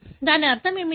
దాని అర్థం ఏమిటి